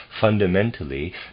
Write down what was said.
fundamentally